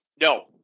No